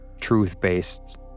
truth-based